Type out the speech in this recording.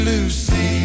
Lucy